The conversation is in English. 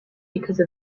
because